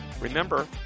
remember